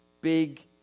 big